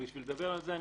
אבל בשביל לדבר על זה,